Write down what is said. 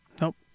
Nope